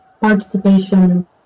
participation